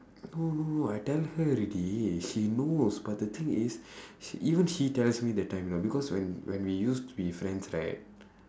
no no no I tell her already she knows but the thing is sh~ even she tells me that time you know because when when we used to be friends right